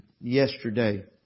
yesterday